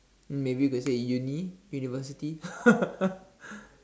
maybe you could say in uni university